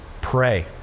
Pray